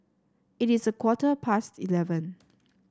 it is a quarter past eleven